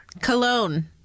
cologne